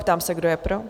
Ptám se, kdo je pro?